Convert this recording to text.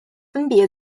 分别